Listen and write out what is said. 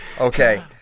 Okay